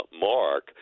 Mark